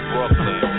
Brooklyn